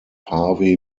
harvey